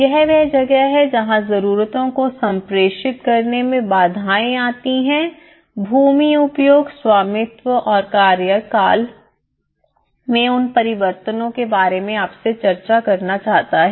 यह वह जगह है जहां जरूरतों को संप्रेषित करने में बाधाएं आती है भूमि उपयोग स्वामित्व और कार्यकाल में उन परिवर्तनों के बारे में आपसे चर्चा करना चाहता है